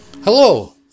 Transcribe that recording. Hello